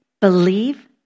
believe